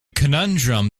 conundrum